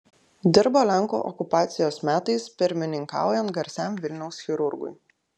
dirbo lenkų okupacijos metais pirmininkaujant garsiam vilniaus chirurgui